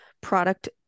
product